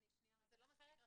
זה לא מספיק רחב.